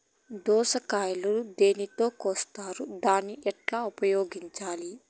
దోస కాయలు దేనితో కోస్తారు దాన్ని ఎట్లా ఉపయోగించాలి?